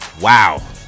wow